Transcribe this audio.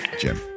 Jim